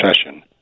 session